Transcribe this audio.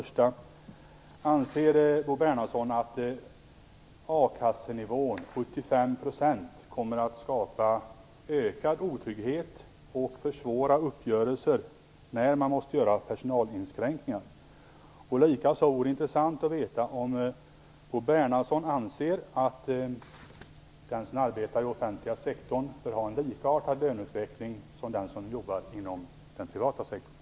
75 % kommer att skapa ökad otrygghet och försvåra uppgörelser när man måste göra personalinskränkningar? Likaså vore det intressant att veta om Bo Bernhardsson anser att den som arbetar i den offentliga sektorn bör ha en likartad löneutveckling som den som jobbar inom den privata sektorn.